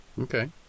Okay